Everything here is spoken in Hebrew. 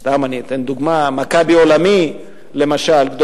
סתם אני אתן דוגמה, "מכבי עולמי" למשל.